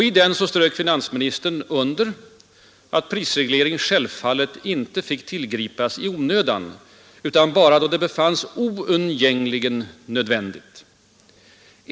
I den strök finansministern under att prisreglering självfallet inte fick tillgripas i onödan utan bara ”då det befanns oundgängligen nödvändigt”.